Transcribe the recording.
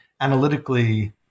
analytically